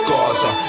Gaza